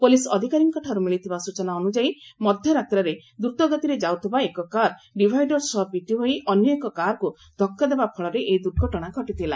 police ଅଧିକାରୀଙ୍କଠାରୁ ମିଳିଥିବା ସ୍ଚଚନା ଅନୁଯାୟୀ ମଧ୍ୟରାତ୍ରରେ ଦ୍ରତଗତିରେ ଯାଉଥିବା ଏକ କାର୍ ଡିଭାଇଡର୍ ସହ ପିଟି ହୋଇ ଅନ୍ୟ ଏକ କାର୍କୁ ଧକ୍କା ଦେବା ଫଳରେ ଏହି ଦୁର୍ଘଟଣା ଘଟିଥିଲା